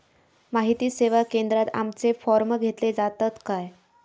माहिती सेवा केंद्रात आमचे फॉर्म घेतले जातात काय?